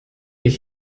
ich